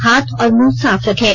हाथ और मुंह साफ रखें